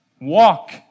walk